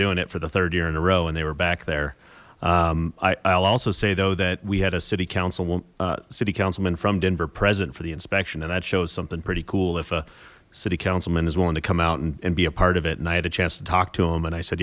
doing it for the third year in a row and they were back there i i'll also say though that we had a city council city councilman from denver present for the inspection and that shows something pretty cool if a city councilman is willing to come out and be a part of it and i had a chance to talk to him and i said